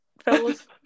fellas